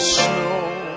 snow